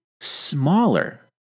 smaller